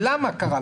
למה זה קרה?